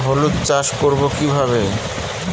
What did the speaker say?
হলুদ চাষ করব কিভাবে?